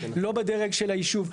לא בדרג של הישוב,